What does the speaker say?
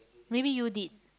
maybe you did